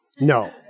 No